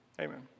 Amen